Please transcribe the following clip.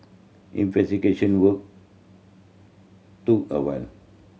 investigation work took a while